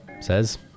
says